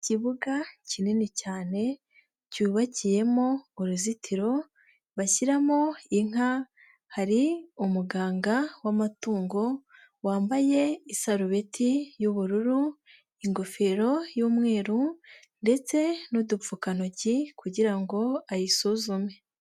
Ikibuga kinini cyane cyubakiyemo uruzitiro bashyiramo inka, hari umuganga w'amatungo wambaye isarubeti y'ubururu, ingofero y'umweru ndetse n'udupfukantoki kugira ngo ayisuzume.